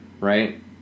right